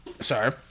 Sorry